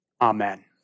Amen